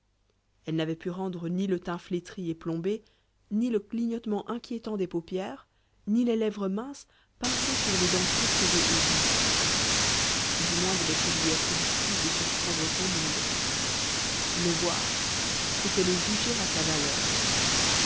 elle n'avait pu rendre ni le teint flétri et plombé ni le clignotement inquiétant des paupières ni les lèvres minces pincées sur des dents courtes et aiguës du moins devait-il lui être difficile de surprendre son monde le voir c'était le juger à sa valeur